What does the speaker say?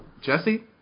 Jesse